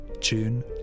June